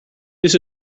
this